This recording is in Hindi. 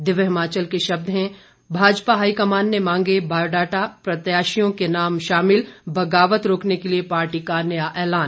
दिव्य हिमाचल के शब्द हैं भाजपा हाइकमान ने मांगे बायोडाटा प्रत्याशियों के नाम शामिल बगावत रोकने के लिए पार्टी का नया ऐलान